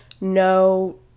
no